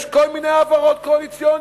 יש כל מיני הפרות קואליציוניות,